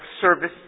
service